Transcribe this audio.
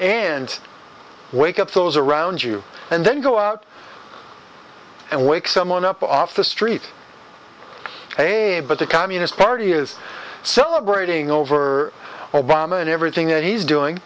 and wake up those around you and then go out and wake someone up off the street hey but the communist party is celebrating over obama and everything that he's doing